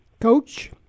coach